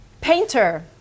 painter